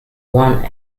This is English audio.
one